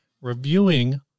reviewing